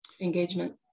engagement